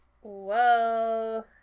Whoa